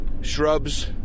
shrubs